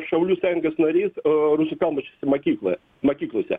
šaulių sąjungos narys rusų kalbose mokykloje mokyklose